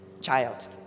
Child